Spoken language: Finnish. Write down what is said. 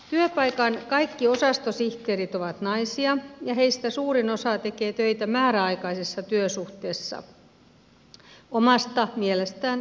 työpaikan kaikki osastosihteerit ovat naisia ja heistä suurin osa tekee töitä määräaikaisessa työsuhteessa omasta mielestään perusteetta